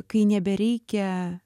kai nebereikia